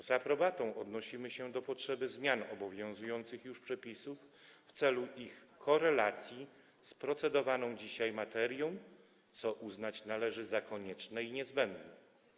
Z aprobatą odnosimy się do potrzeby zmian obowiązujących już przepisów w celu ich korelacji z procedowaną dzisiaj materią, co uznać należy za konieczne i niezbędne.